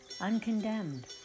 uncondemned